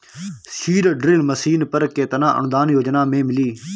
Seed drill machine पर केतना अनुदान योजना में मिली?